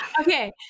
Okay